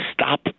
Stop